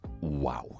wow